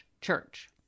church